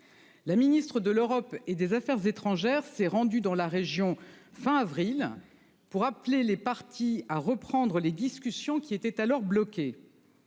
La Ministre de l'Europe et des Affaires étrangères s'est rendu dans la région fin avril pour appeler les parties à reprendre les discussions, qui était alors bloqués.